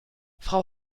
frau